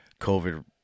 covid